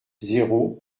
zéro